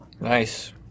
Nice